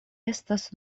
estas